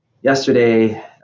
yesterday